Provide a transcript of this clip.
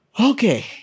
Okay